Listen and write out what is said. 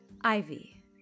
Ivy